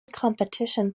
competition